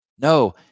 No